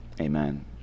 amen